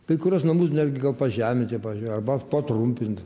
kai kuriuos namus netgi pažeminti pavyzdžiui arba patrumpint